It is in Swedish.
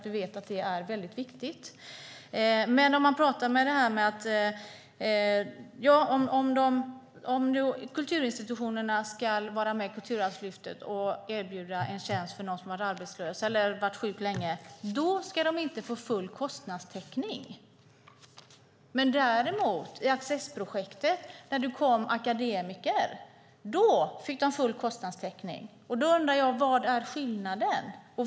Vi vet att det är mycket viktigt. Men om kulturinstitutionerna ska vara med i Kulturarvslyftet och erbjuda en tjänst till någon som har varit arbetslös eller sjuk länge ska de inte få full kostnadstäckning. I Accessprojektet, dit det kom akademiker, fick de däremot full kostnadstäckning. Då undrar jag: Vad är skillnaden?